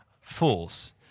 force